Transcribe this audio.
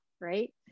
right